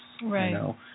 Right